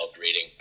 reading